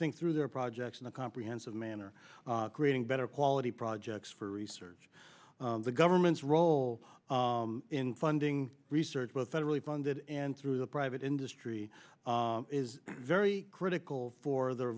think through their projects in a comprehensive manner creating better quality projects for research the government's role in funding research both federally funded and through the private industry is very critical for the